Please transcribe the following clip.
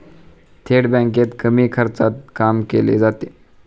थेट बँकेत कमी खर्चात काम केले जाते